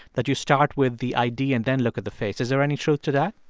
that you start with the id and then look at the face. is there any truth to that?